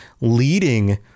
leading